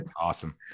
Awesome